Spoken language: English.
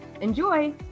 Enjoy